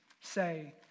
say